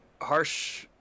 Harsh